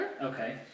Okay